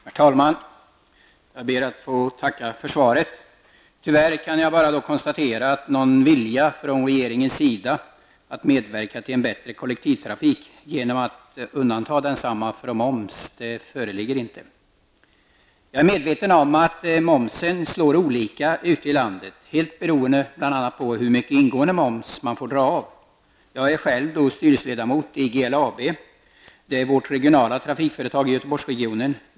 Herr talman! Jag ber att få tacka för svaret. Tyvärr kan jag bara konstatera att någon vilja från regeringens sida att medverka till en bättre kollektivtrafik genom att undanta densamma från moms inte föreligger. Jag är medveten om att momsen slår olika ute i landet, bl.a. helt beroende på hur mycket av ingående moms man har att dra av. Jag är själv styrelseledamot i GLAB, vårt regionala trafikföretag i Göteborgsregionen.